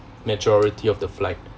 majority of the flight